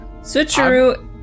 switcheroo